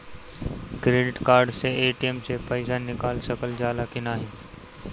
Credit card से ATM से पइसा निकाल सकल जाला की नाहीं?